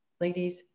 Ladies